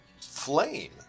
Flame